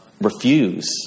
refuse